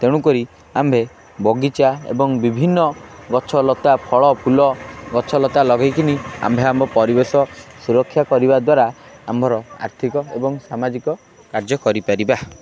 ତେଣୁ କରି ଆମ୍ଭେ ବଗିଚା ଏବଂ ବିଭିନ୍ନ ଗଛଲତା ଫଳ ଫୁଲ ଗଛଲତା ଲଗାଇକି ଆମ୍ଭେ ଆମ ପରିବେଶ ସୁରକ୍ଷା କରିବା ଦ୍ୱାରା ଆମ୍ଭର ଆର୍ଥିକ ଏବଂ ସାମାଜିକ କାର୍ଯ୍ୟ କରିପାରିବା